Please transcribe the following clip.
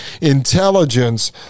intelligence